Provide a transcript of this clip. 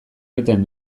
egiten